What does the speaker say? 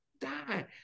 die